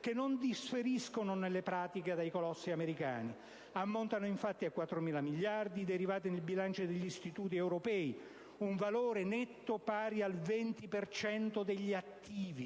che non differiscono nelle pratiche dai colossi americani. Ammontano infatti a 4.000 miliardi di euro i derivati nei bilanci degli istituti europei: un valore netto pari al 20 per cento degli attivi.